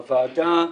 בוועדה.